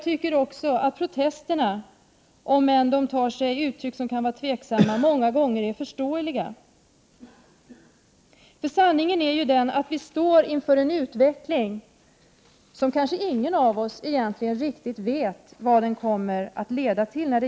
Även om protesterna ibland kommer till uttryck på ett sätt som jag tvivlar på, har jag många gånger förståelse för dessa. Sanningen är ju den att vi står inför en ny utveckling när det gäller det svenska jordbruket. Kanske ingen av oss egentligen riktigt vet vad den kommer att leda till.